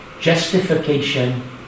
justification